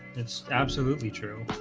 it's absolutely true.